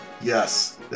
yes